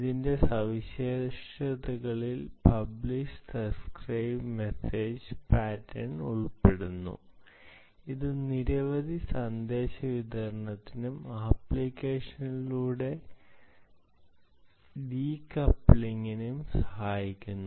ഇതിന്റെ സവിശേഷതകളിൽ publish subscribe message pattern ഉൾപ്പെടുന്നു ഇത് നിരവധി സന്ദേശ വിതരണത്തിനും അപ്ലിക്കേഷനുകളുടെ ഡീകപ്പ്ളിംഗിനും സഹായിക്കുന്നു